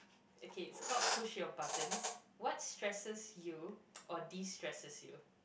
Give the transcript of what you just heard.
okay it's called push your buttons what stresses you or destresses you